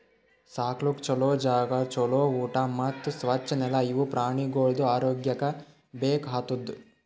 ಸಾಕ್ಲುಕ್ ಛಲೋ ಜಾಗ, ಛಲೋ ಊಟಾ ಮತ್ತ್ ಸ್ವಚ್ ನೆಲ ಇವು ಪ್ರಾಣಿಗೊಳ್ದು ಆರೋಗ್ಯಕ್ಕ ಬೇಕ್ ಆತುದ್